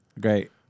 Great